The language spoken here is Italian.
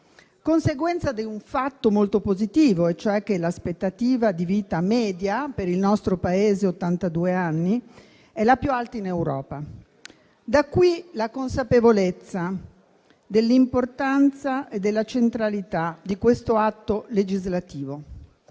conseguenza di una fatto molto positivo, e cioè, che l'aspettativa di vita media - per il nostro Paese ottantadue anni - è la più alta in Europa. Da qui la consapevolezza dell'importanza e della centralità di questo atto legislativo.